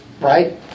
Right